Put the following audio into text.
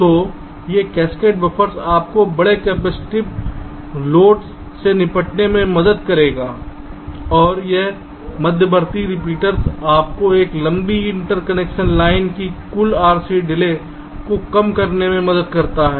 तो ये cascaded buffers आपको बड़े कैपेसिटिव भार से निपटने में मदद करेंगे और यह मध्यवर्ती रिपीटर् आपको इस लंबी इंटरकनेक्शन लाइन की कुल RC डिले को कम करने में मदद करता है